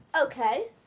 Okay